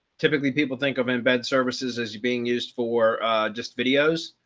typically, people think of embed services as being used for just videos.